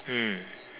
hmm